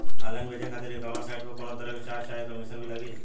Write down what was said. Online बेचे खातिर e commerce site पर कौनोतरह के चार्ज चाहे कमीशन भी लागी?